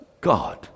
God